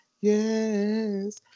yes